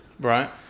Right